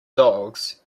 dogs